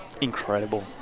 incredible